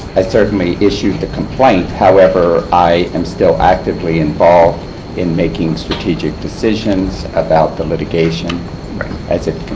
i certainly issued the complaint. however, i am still actively involved in making strategic decisions about the litigation as it